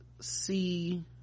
see